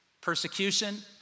persecution